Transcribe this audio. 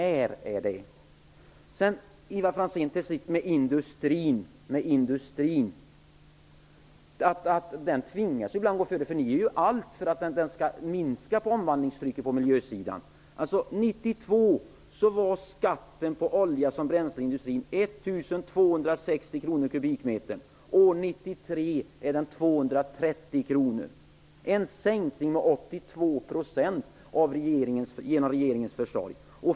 Ivar Franzén säger att industrin ibland tvingas gå före. Men ni gör allt för att minska på omvandlingstrycket på miljösidan. 1992 var skatten på olja som bränsle i industrin 1 260 kr per kubikmeter, år 1993 230 kr. Det innebär en sänkning med 82 % genom regeringens försorg.